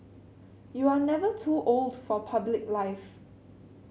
you are never too old for public life